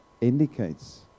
indicates